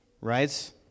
right